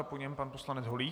Po něm pan poslanec Holík.